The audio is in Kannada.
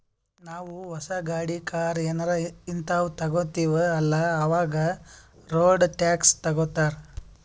ನಾವೂ ಹೊಸ ಗಾಡಿ, ಕಾರ್ ಏನಾರೇ ಹಿಂತಾವ್ ತಗೊತ್ತಿವ್ ಅಲ್ಲಾ ಅವಾಗೆ ರೋಡ್ ಟ್ಯಾಕ್ಸ್ ತಗೋತ್ತಾರ್